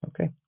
Okay